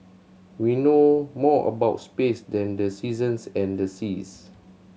we know more about space than the seasons and the seas